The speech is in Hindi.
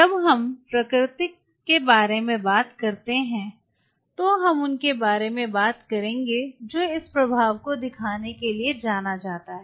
जब हम प्राकृतिक के बारे में बात करते हैं तो हम उन के बारे में बात करेंगे जो इस प्रभाव को दिखाने के लिए जाना जाता है